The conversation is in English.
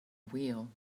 wheel